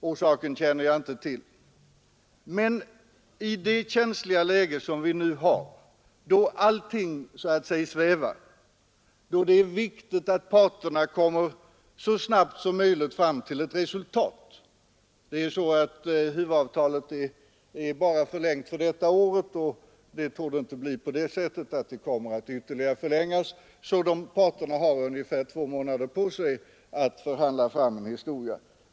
Orsaken känner samhällsfarliga jag inte till. Vi har nu ett känsligt läge, då allting så att säga svävar, då det arbetskonflikter i är viktigt att parterna så snart som möjligt kommer fram till ett resultat. på den offentliga sektorn Huvudavtalet är förlängt bara för detta år, och det torde inte komma att förlängas, så parterna har ungefär två månader på sig.